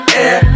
air